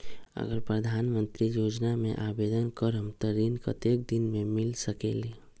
अगर प्रधानमंत्री योजना में आवेदन करम त ऋण कतेक दिन मे मिल सकेली?